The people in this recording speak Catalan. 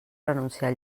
renunciar